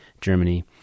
Germany